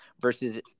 versus